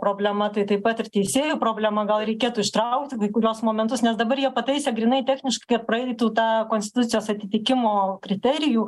problema tai taip pat ir teisėjų problema gal reikėtų ištraukti kai kuriuos momentus nes dabar jie pataisė grynai techniškai kad praeitų tą konstitucijos atitikimo kriterijų